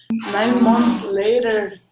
nine months later,